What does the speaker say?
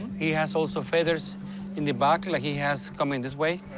he has also feathers in the back, like he has coming this way.